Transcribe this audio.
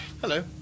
Hello